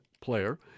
player